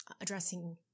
addressing